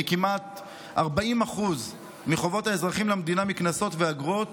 כמעט 40% מחובות האזרחים למדינה מקנסות ואגרות